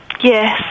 yes